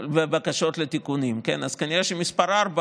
ובקשות לתיקונים, אז כנראה שהמספר 4,